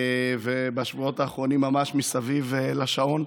ובשבועות האחרונים ממש מסביב לשעון.